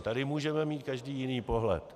Tady můžeme mít každý jiný pohled.